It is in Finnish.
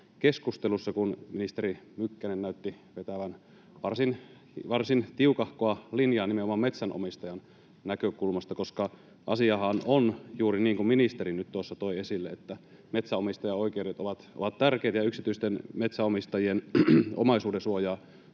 keskusteluissa, kun ministeri Mykkänen näytti vetävän varsin tiukahkoa linjaa nimenomaan metsänomistajan näkökulmasta. Asiahan on juuri niin kuin ministeri nyt tuossa toi esille, että metsänomistajan oikeudet ovat tärkeitä ja yksityisten metsänomistajien omaisuudensuojaa